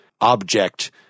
object